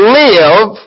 live